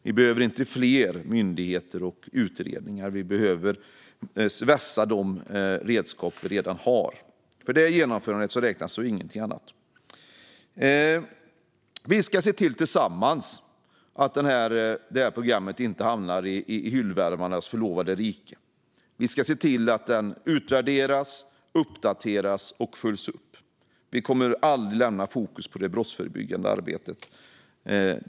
Vi behöver inte fler myndigheter och utredningar utan vässa de redskap vi redan har. Det är genomförandet som räknas och inget annat. Tillsammans ska vi se till att detta program inte hamnar i hyllvärmarnas förlovade rike. Vi ska se till att det utvärderas, uppdateras och följs upp. Vi kommer alltid att ha fokus på det brottsförebyggande arbetet.